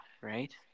right